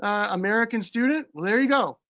american student, well, there you go.